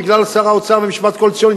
בגלל שר האוצר ומשמעת קואליציונית,